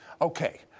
Okay